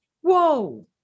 whoa